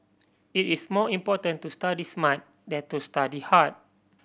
it is more important to study smart than to study hard